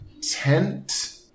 tent